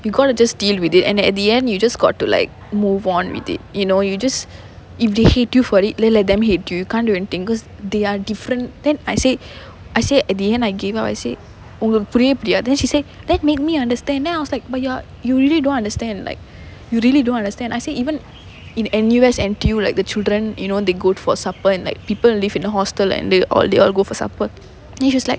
you got to just deal with it and at the end you just got to like move on with it you know you just if they hate you for it then let them hate you you can't do anything because they are different then I say I say at the end I gave up I say உங்களுக்கு புரியவே புரியாது:ungalukku puriyavae puriyaathu then she say then make me understand then I was like but you~ you really don't understand like you really don't understand I say even in N_U_S N_T_U like the children you know they go for supper and like people live in a hostel and they all they all go for supper and she's like